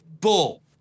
bull